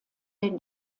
der